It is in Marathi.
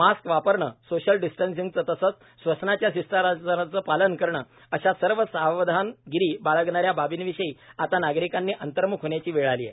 मास्क वापरणे सोशल डिस्टंसिंगचे तसेच श्वसनाच्या शिष्टाचाराचे पालन करणे अशा सर्व सावधानगिरी बाळगणाऱ्या बाबीविषयी आता नागरिकांनी अंतमुर्ख होण्याची वेळ आली आहे